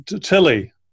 Tilly